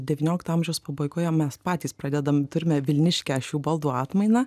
devyniolikto amžiaus pabaigoje mes patys pradedam turime vilniškę šių baldų atmainą